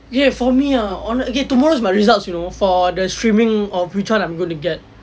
ya for me ah hon~ okay tomorrow is my results you know for the streaming of which one I'm going to get